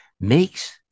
makes